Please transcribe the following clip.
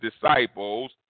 disciples